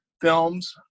films